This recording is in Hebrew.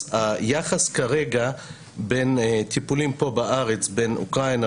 אז היחס כרגע בין טיפולים פה בארץ בין אוקראינה,